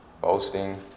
boasting